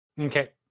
Okay